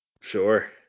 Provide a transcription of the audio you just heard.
Sure